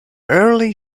early